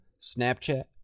snapchat